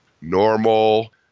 Normal